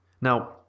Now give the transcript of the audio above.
Now